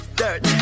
dirt